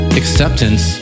acceptance